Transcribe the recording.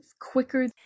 quicker